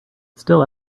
still